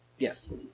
Yes